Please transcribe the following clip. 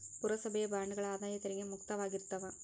ಪುರಸಭೆಯ ಬಾಂಡ್ಗಳ ಆದಾಯ ತೆರಿಗೆ ಮುಕ್ತವಾಗಿರ್ತಾವ